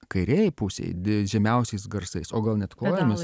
kairėj pusėj de žemiausiais garsais o gal net kojomis